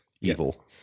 evil